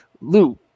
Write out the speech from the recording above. Lou